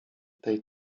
tej